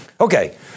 Okay